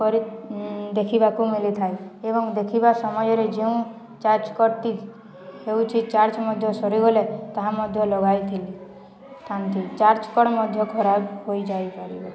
କରି ଦେଖିବାକୁ ମିଳିଥାଏ ଏବଂ ଦେଖିବା ସମୟରେ ଯେଉଁ ଚାର୍ଜ କର୍ଡ୍ ହେଉଛି ଚାର୍ଜ ମଧ୍ୟ ସରିଗଲେ ତାହା ମଧ୍ୟ ଲଗାଇଥିଲି ଥାନ୍ତି ଚାର୍ଜ କର୍ଡ୍ ମଧ୍ୟ ଖରାପ ହୋଇଯାଇପାରିବ